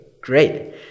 great